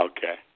Okay